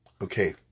Okay